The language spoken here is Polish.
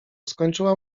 skończyła